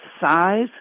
size